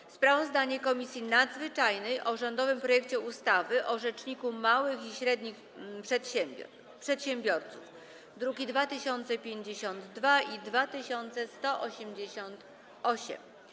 5. Sprawozdanie Komisji Nadzwyczajnej o rządowym projekcie ustawy o Rzeczniku Małych i Średnich Przedsiębiorców (druki nr 2052 i 2188)